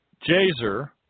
Jazer